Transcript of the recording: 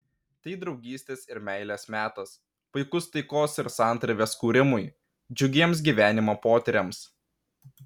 tai draugystės ir meilės metas puikus taikos ir santarvės kūrimui džiugiems gyvenimo potyriams